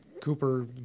Cooper